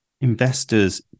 investors